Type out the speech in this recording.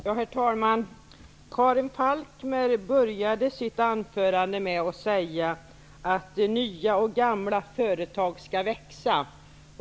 Herr talman! Karin Falkmer började sitt anförande med att säga att nya och gamla företag skall växa.